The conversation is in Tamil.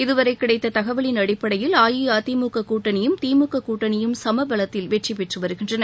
இதுவரை கிடைத்த தகவலின் அடிப்படையில் அஇஅதிமுக கூட்டணியும் திமுக கூட்டணியும் சம பலத்தில் வெற்றி பெற்று வருகின்றன